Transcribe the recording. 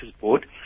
Board